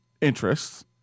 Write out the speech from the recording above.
interests